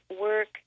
work